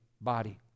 body